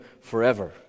forever